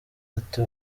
ati